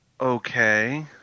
Okay